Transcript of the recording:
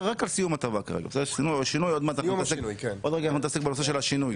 רק על שינוי הטבה כרגע ועוד מעט נתעסק בנושא של השינוי,